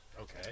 okay